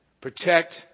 Protect